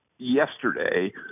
Yesterday